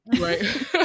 right